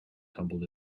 tumbled